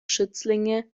schützlinge